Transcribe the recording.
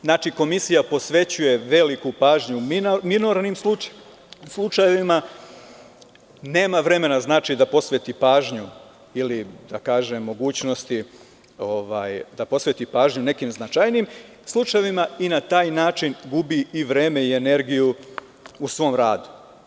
Znači, komisija posvećuje veliku pažnju minornim slučajevima, nema vremena da posveti pažnju ili, da kažem, mogućnosti da posveti pažnju nekim značajnijim slučajevima i na taj način gubi i vreme i energiju u svom radu.